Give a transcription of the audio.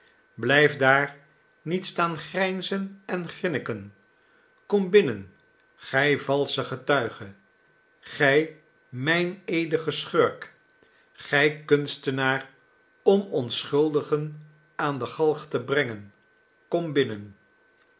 blijf daar niet staan grijnzen en grinniken kom binnen gij valsche getuige gij meineedige schurk gij kunstenaar om onschuldigen aan de galg te brengen kom binnen